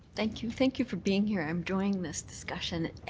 thank you. thank you for being here um joining this discussion.